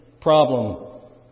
problem